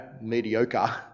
mediocre